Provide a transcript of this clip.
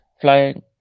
flying